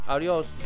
Adiós